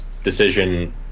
Decision